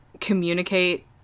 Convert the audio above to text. communicate